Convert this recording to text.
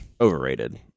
overrated